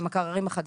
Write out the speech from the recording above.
המקריים החדשים.